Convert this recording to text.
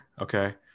Okay